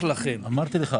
אמרתי לך,